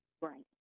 right